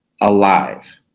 alive